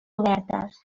obertes